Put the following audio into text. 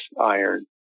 iron